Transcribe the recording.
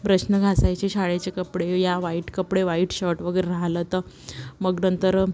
ब्रशने घासायचे शाळेचे कपडे या वाईट कपडे वाईट शर्ट वगैरे राहिलं तर मग नंतर